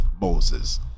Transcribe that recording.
Moses